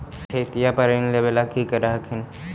खेतिया पर ऋण लेबे ला की कर हखिन?